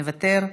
מוותר,